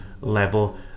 level